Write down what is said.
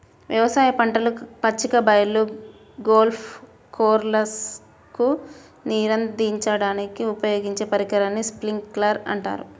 వ్యవసాయ పంటలు, పచ్చిక బయళ్ళు, గోల్ఫ్ కోర్స్లకు నీరందించడానికి ఉపయోగించే పరికరాన్ని స్ప్రింక్లర్ అంటారు